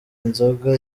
nzoga